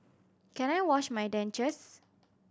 can I wash my dentures